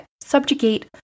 subjugate